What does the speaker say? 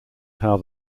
how